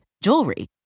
jewelry